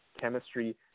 chemistry